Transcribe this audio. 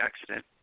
accident